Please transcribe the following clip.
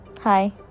hi